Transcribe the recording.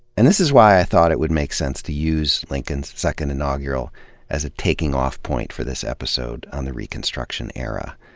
and this is why i thought it would make sense to use lincoln's second inaugural as a taking-off point for this episode on the reconstruction era,